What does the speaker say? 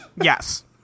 Yes